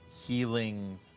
Healing